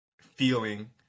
feeling